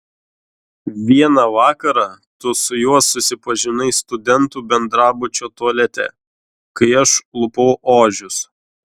vieną vakarą tu su juo susipažinai studentų bendrabučio tualete kai aš lupau ožius